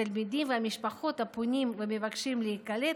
התלמידים והמשפחות הפונים ומבקשים להיקלט